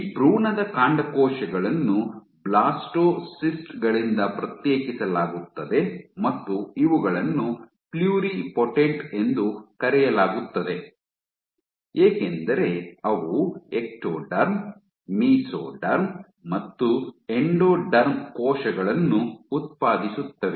ಈ ಭ್ರೂಣದ ಕಾಂಡಕೋಶಗಳನ್ನು ಬ್ಲಾಸ್ಟೊಸಿಸ್ಟ್ ಗಳಿಂದ ಪ್ರತ್ಯೇಕಿಸಲಾಗುತ್ತದೆ ಮತ್ತು ಇವುಗಳನ್ನು ಪ್ಲುರಿಪೊಟೆಂಟ್ ಎಂದು ಕರೆಯಲಾಗುತ್ತದೆ ಏಕೆಂದರೆ ಅವು ಎಕ್ಟೋಡರ್ಮ್ ಮೆಸೊಡರ್ಮ್ ಮತ್ತು ಎಂಡೋಡರ್ಮ್ ಕೋಶಗಳನ್ನು ಉತ್ಪಾದಿಸುತ್ತವೆ